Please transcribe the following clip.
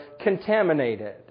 contaminated